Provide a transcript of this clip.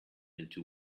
into